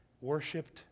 worshipped